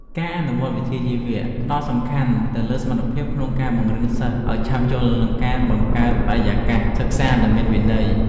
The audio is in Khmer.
ការអនុវត្តវិជ្ជាជីវៈផ្តោតសំខាន់ទៅលើសមត្ថភាពក្នុងការបង្រៀនសិស្សឱ្យឆាប់យល់និងការបង្កើតបរិយាកាសសិក្សាដែលមានវិន័យ។